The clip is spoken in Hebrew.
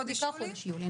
כן, בעיקר חודש יולי.